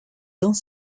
dans